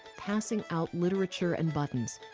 passing out literature and buttons.